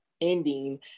ending